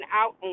out